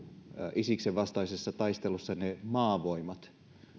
isiksen vastaisessa taistelussa ne maavoimat